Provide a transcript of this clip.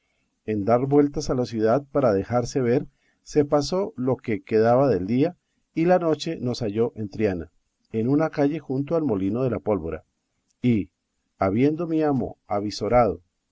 en dar vueltas a la ciudad para dejarse ver se pasó lo que quedaba del día y la noche nos halló en triana en una calle junto al molino de la pólvora y habiendo mi amo avizorado